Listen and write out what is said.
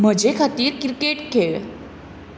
म्हजे खातीर क्रिकेट खेळ